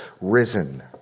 risen